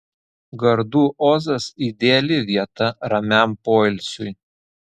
gardų ozas ideali vieta ramiam poilsiui